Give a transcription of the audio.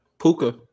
Puka